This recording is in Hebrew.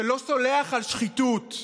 שלא סולח על שחיתות.